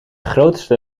grootste